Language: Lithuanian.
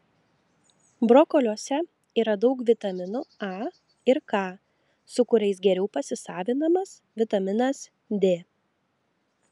brokoliuose yra daug vitaminų a ir k su kuriais geriau pasisavinamas vitaminas d